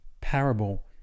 parable